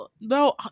no